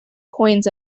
coins